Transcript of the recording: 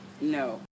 No